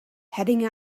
heading